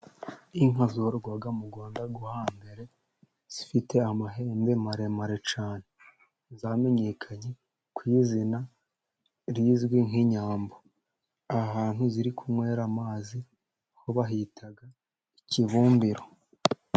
Inka zororwaga mu Rwanda rwo hambere, zifite amahembe maremare cyane zamenyekanye ku izina rizwi nk'inyambo. Ahantu ziri kunywera amazi ho bahita ikibumbiro.